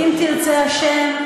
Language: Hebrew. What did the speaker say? אבל אם תרצֶה השם,